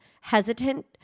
hesitant